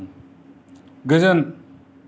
गोजोन